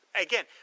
again